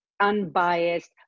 unbiased